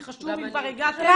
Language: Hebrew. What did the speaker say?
זה חשוב אם כבר הגעתם.